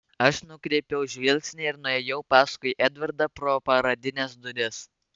aš nukreipiau žvilgsnį ir nuėjau paskui edvardą pro paradines duris